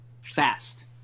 fast